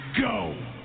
go